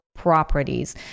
properties